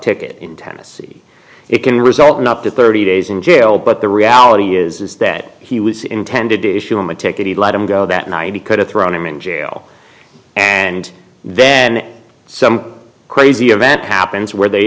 ticket in tennessee it can result in up to thirty days in jail but the reality is that he was intended to show him a ticket he let him go that night he could have thrown him in jail and then some crazy event happens where they